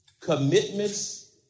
commitments